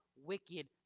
wicked